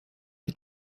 per